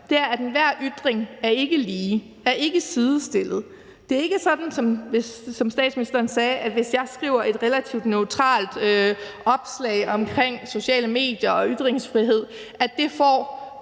er, at enhver ytring ikke er lige eller sidestillet. Det er ikke sådan, som statsministeren sagde, at hvis jeg skriver et relativt neutralt opslag om sociale medier og ytringsfrihed, får det det